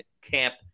camp